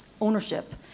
ownership